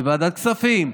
בוועדת הכספים,